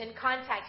contact